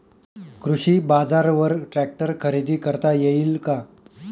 कृषी बाजारवर ट्रॅक्टर खरेदी करता येईल का?